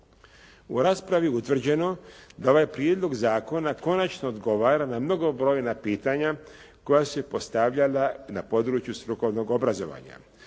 U raspravi je utvrđeno da je ovaj prijedlog zakona konačno odgovara na mnogobrojna pitanja koja su se postavljala na području strukovnog obrazovanja.